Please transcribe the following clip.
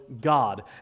God